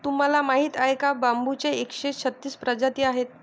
तुम्हाला माहीत आहे का बांबूच्या एकशे छत्तीस प्रजाती आहेत